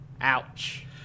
Ouch